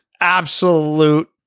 absolute